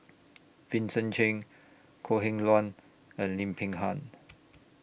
Vincent Cheng Kok Heng Leun and Lim Peng Han